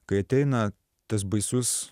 kai ateina tas baisus